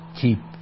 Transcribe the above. keep